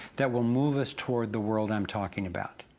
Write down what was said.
that will move us toward the world, i'm talking about.